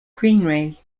greenway